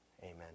Amen